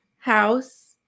house